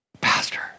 Pastor